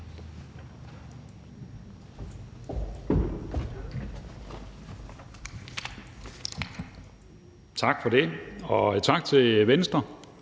Tak for det, og tak til Venstre